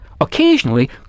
Occasionally